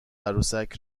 عروسک